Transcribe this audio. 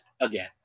again